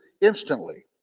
instantly